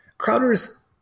Crowder's